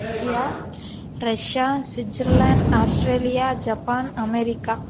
Russia Russia Switzerland Australia Japan America